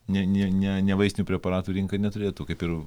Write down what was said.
ne ne ne ne vaistinių preparatų rinka neturėtų kaip ir